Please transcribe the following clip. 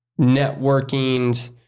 networking